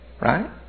right